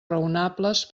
raonables